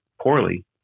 poorly